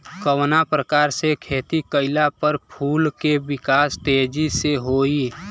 कवना प्रकार से खेती कइला पर फूल के विकास तेजी से होयी?